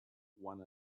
one